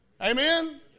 Amen